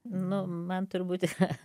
nu man turbūt yra